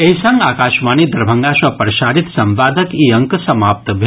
एहि संग आकाशवाणी दरभंगा सँ प्रसारित संवादक ई अंक समाप्त भेल